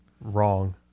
Wrong